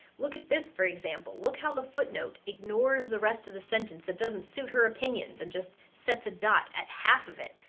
look at this, for example. look how the footnote ignores the rest of the sentence that doesn't suit her opinions, and just sets a dot at half of it.